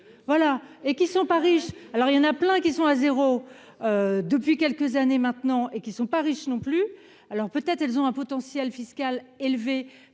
voilà et qui sont pas riches, alors il y en a plein qui sont à zéro depuis quelques années maintenant et qui sont pas riches non plus, alors peut-être, elles ont un potentiel fiscal élevé